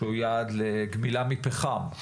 לגמילה מפחם.